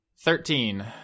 Thirteen